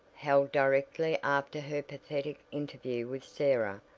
held directly after her pathetic interview with sarah,